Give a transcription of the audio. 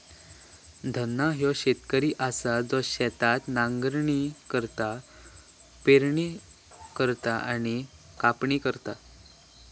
धन्ना ह्यो शेतकरी असा जो शेतात नांगरणी करता, पेरणी करता आणि कापणी करता